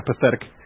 pathetic